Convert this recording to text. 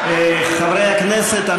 חברי הכנסת,